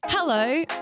Hello